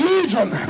Legion